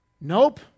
Nope